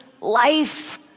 life